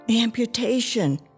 amputation